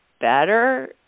better